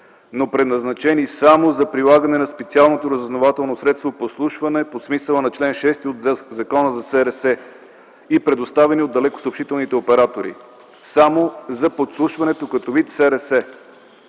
но предназначени само за прилагане на специалното разузнавателно средство подслушване по смисъла на чл. 6 от Закона за СРС и предоставени от далекосъобщителните оператори. Само за подслушването като вид СРС.